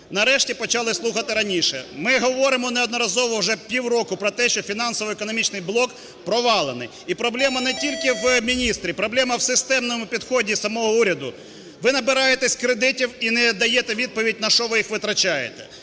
нарешті почали слухати раніше. Ми говоримо неодноразово, вже півроку, про те, що фінансово-економічний блок провалений і проблема не тільки в міністрі, проблема в системному підході самого уряду. Ви набираєтесь кредитів і не даєте відповідь на що ви їх витрачаєте,